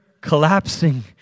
collapsing